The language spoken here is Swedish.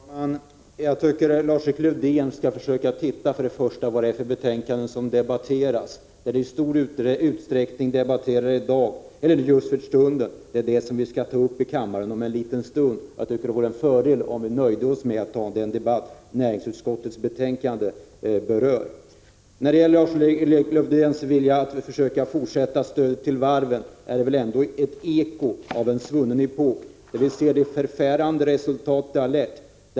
Herr talman! Jag tycker att Lars-Erik Lövdén till att börja med skall se efter vilket betänkande som nu behandlas. Det som vi just nu debatterar är något som skall tas upp i kammaren om en liten stund. Det vore en fördel om vi nu nöjde oss med att föra en debatt om det som näringsutskottets betänkande berör. Lars-Erik Lövdéns önskan om fortsatt stöd till varven är ett eko från en svunnen epok. Vi kan se vilka förfärande resultat som denna har lett till.